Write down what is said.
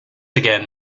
again